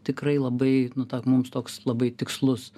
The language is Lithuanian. tikrai labai nu ta mums toks labai tikslus